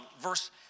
verse